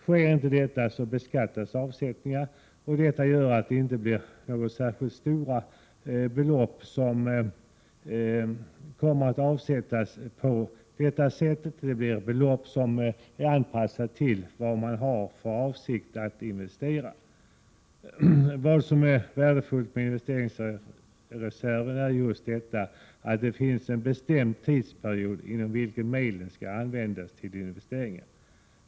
Sker inte det beskattas avsättningarna, vilket gör att det inte blir några särskilt stora belopp som samlas på detta sätt. Det blir belopp som är anpassade till vad man har för avsikt att investera. Det värdefulla med investeringsreserven är att det finns en bestämd tidsperiod inom vilken medlen skall användas för investeringar.